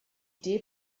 idee